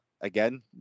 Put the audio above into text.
again